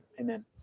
Amen